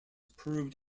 proved